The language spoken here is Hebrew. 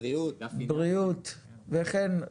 בריאות וכן,